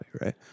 right